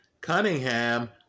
Cunningham